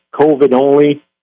COVID-only